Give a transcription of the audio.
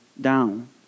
down